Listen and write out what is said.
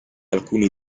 alcuni